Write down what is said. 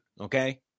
okay